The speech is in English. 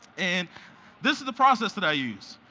and this is the process that i use.